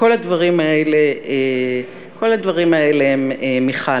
וכל הדברים האלה הם מיכל.